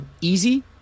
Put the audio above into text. Easy